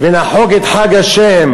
ולחוג את חג ה',